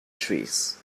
trees